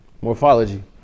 morphology